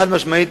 חד-משמעית,